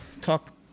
talk